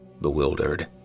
bewildered